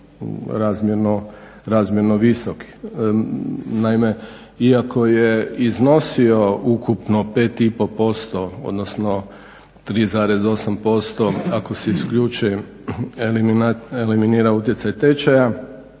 razmjerno visok. Naime, iako je iznosio ukupno 5,5%, odnosno 3,8% ako se isključi i eliminira utjecaj tečaja